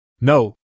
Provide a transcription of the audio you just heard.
No